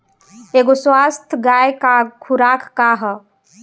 एगो स्वस्थ गाय क खुराक का ह?